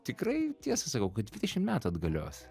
tikrai tiesą sakau kad dvidešim metų atgalios